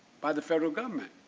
by the federal government.